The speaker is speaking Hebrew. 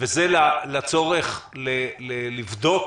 וזה לצורך לבדוק